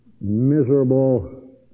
miserable